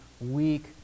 weak